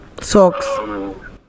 socks